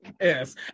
yes